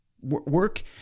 Work